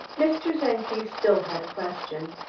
mr. czenki still had a question.